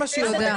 תודה.